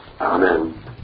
Amen